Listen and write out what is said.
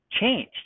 changed